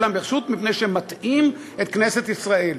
אלא פשוט מפני שמטעים את כנסת ישראל,